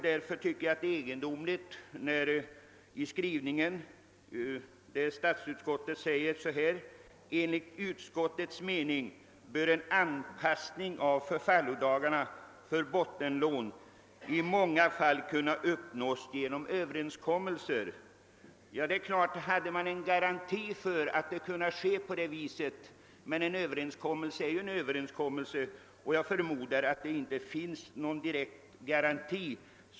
Jag tycker därför att följande uttalande i statsutskottets skrivning är något egendomlig: »Enligt utskottets mening bör en anpassning av förfallodagarna för bottenlån i många fall kunna uppnås genom överenskommelser.« Hade man en garanti för att så kunde bli fallet, vore självfallet allt väl, men en överenskommelse är bara en överenskommelse, och jag förmodar att utskottet inte kan ge någon sådan garanti.